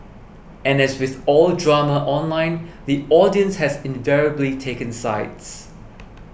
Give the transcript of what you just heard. and as with all drama online the audience has invariably taken sides